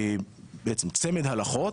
בעצם צמד הלכות,